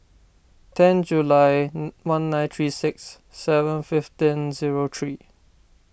ten July one nine three six seven fifteen zero three